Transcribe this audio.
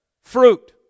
fruit